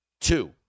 two